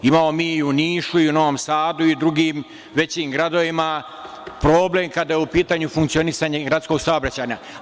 Imamo mi i u Nišu i u Novom Sadu i drugim većim gradovima problem kada je u pitanju funkcionisanje gradskog saobraćaja.